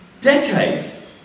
Decades